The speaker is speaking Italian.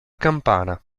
campana